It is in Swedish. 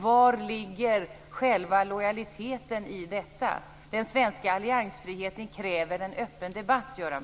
Var ligger själva lojaliteten i detta? Den svenska alliansfriheten kräver en öppen debatt, Göran